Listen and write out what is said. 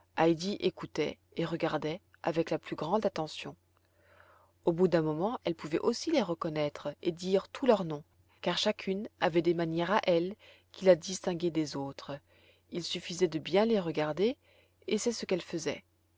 écoutait et regardait avec la plus grande attention au bout d'un moment elle pouvait aussi les reconnaître et dire tous leurs noms car chacune avait des manières à elle qui la distinguaient des autres il suffisait de bien les regarder et c'est ce qu'elle faisait